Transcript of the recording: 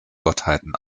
gottheiten